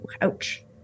Ouch